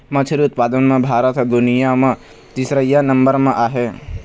मछरी उत्पादन म भारत ह दुनिया म तीसरइया नंबर म आहे